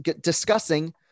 discussing